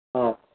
ꯑꯥ